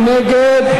מי נגד?